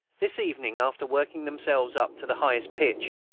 this evening, after working themselves up to the highest pitch,